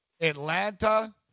Atlanta